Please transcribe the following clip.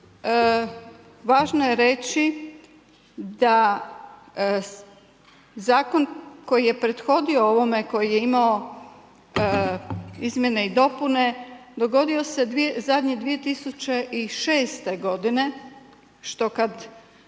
važno je reći da zakon koji je prethodio ovome, koji je imao izmjene i dopune dogodio se zadnje 2006. godine što kada